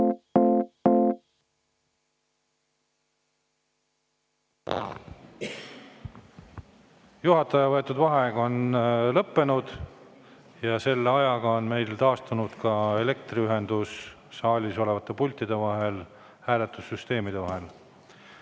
Juhataja võetud vaheaeg on lõppenud ja selle ajaga on meil taastunud elektriühendus saalis olevate pultidega, hääletussüsteemiga.